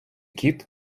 кіт